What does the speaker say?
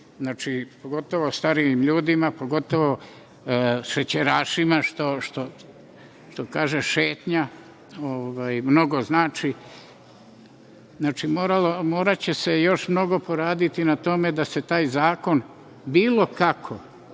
pogotovo starijim ljudima, pogotovo šećerašima. Što kažu – šetnja mnogo znači. Znači, moraće se još mnogo poraditi na tome da se taj zakon bilo kako